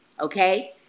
Okay